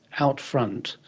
out front,